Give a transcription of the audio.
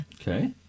Okay